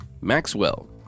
Maxwell